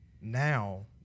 Now